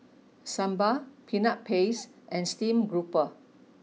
Sambal Peanut Paste and Steamed Grouper